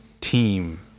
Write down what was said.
team